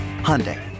Hyundai